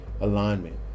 alignment